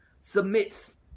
submits